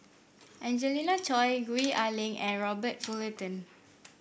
Angelina Choy Gwee Ah Leng and Robert Fullerton